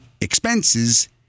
expenses